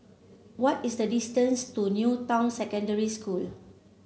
what is the distance to New Town Secondary School